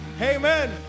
amen